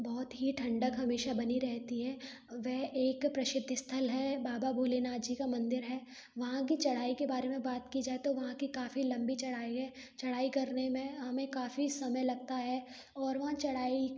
बहुत ही ठंडक हमेशा बनी रहती है वह एक प्रसिद्ध स्थल है बाबा भोलेनाथ जी का मंदिर है वहाँ की चढ़ाई के बारे में बात की जाए तो वहाँ की काफ़ी लंबी चढ़ाई है चढ़ाई करने में हमें काफ़ी समय लगता है और वहाँ चढ़ाई